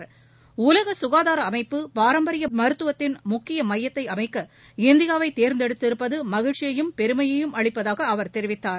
டலக சுகாதார அமைப்பு பாரம்பரிய மருத்தவத்தின் முக்கிய மையத்தை அமைக்க இந்தியாவை தேர்ந்தெடுத்திருப்பது மகிழ்ச்சியும் பெருமையும் அளிப்பதாக அவர் தெரிவித்தார்